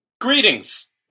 Greetings